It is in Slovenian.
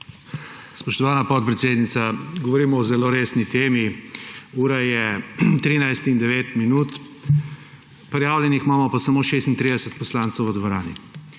Spoštovana podpredsednica, govorimo o zelo resni temi. Ura je 13.09, prijavljenih imamo pa samo 36 poslancev v dvorani.